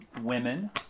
women